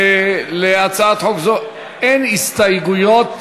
להצעת חוק זו אין הסתייגויות,